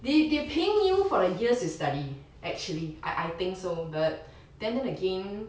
they they're paying you for the years to study actually I I think so but then then again